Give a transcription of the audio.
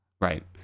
Right